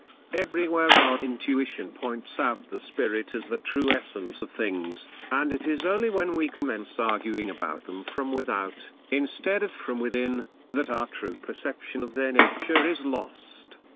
everywhere our intuition points out the spirit as the true essence of things and it is only when we commence arguing about them from without, instead of from within, that our true perception of their nature is lost.